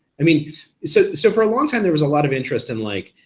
i mean so so for a long time there was a lot of interest in like,